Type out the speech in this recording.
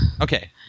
Okay